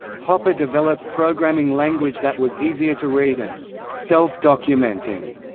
hopper developed programming language that was easier to read and self-documenting.